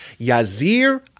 Yazir